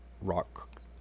rock